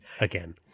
again